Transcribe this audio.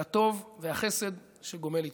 על הטוב והחסד שגומל איתנו,